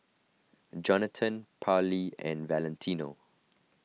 Johnathon Parlee and Valentino